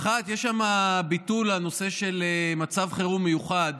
האחד, יש שם ביטול הנושא של מצב חירום מיוחד,